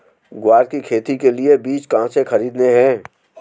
ग्वार की खेती के लिए बीज कहाँ से खरीदने हैं?